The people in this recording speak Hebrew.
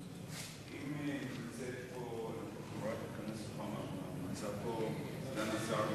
אם נמצאת פה חברת הכנסת רוחמה אברהם ונמצא פה סגן השר,